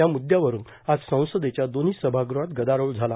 या मुद्यावरून आज संसदेच्या दोन्ही समागूहात गदारोळ झाला